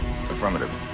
Affirmative